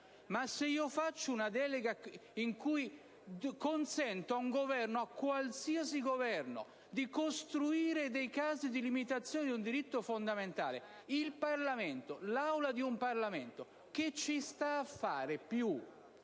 Se faccio una delega in cui consento a un Governo, a un qualsiasi Governo, di costruire dei casi di limitazione di un diritto fondamentale, l'Aula di un Parlamento che ci sta a fare più?